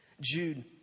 Jude